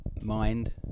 mind